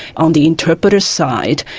on the interpreter's side,